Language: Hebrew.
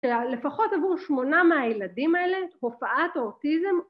‫שלפחות עבור שמונה מהילדים האלה, ‫הופעת האוטיזם.